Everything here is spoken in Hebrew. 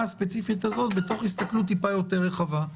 הספציפית הזאת בתוך הסתכלות קצת יותר רחבה.